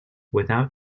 without